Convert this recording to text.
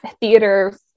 theater